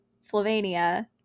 Slovenia